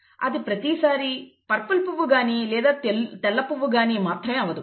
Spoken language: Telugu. అది ప్రతీ సారీ పర్పుల్ పువ్వు గాని లేదా తెల్ల పువ్వు గాని మాత్రమే అవ్వదు